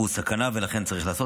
הוא סכנה, ולכן צריך לעשות.